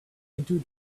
into